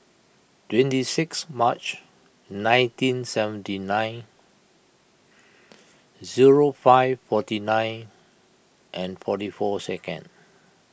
twenty six March nineteen seventy nine zero five forty nine and forty four second